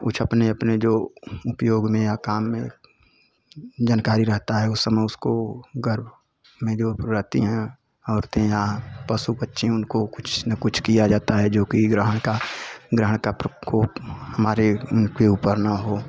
कुछ अपने अपने जो उपयोग में या काम में जानकारी रहता है उस समय उसको गर्भ में जो रहती हैं औरतें या पशु पक्षी उनको कुछ न कुछ किया जाता है जो कि ग्रहण का ग्रहण का प्रकोप हमारे उनके ऊपर न हो